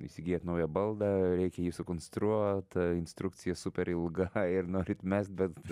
įsigyjat naują baldą reikia jį sukonstruot instrukcija super ilga ir norit mest bet